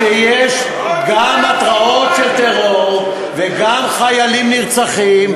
כשיש גם התרעות על טרור וגם חיילים נרצחים,